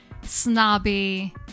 snobby